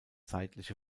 seitliche